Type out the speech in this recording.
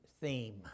theme